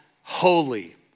holy